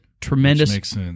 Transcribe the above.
tremendous